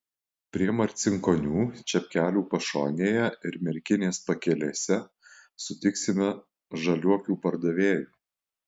prie marcinkonių čepkelių pašonėje ir merkinės pakelėse sutiksime žaliuokių pardavėjų